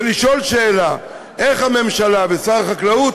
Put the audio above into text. ולשאול שאלה: איך הממשלה ושר החקלאות